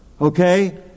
Okay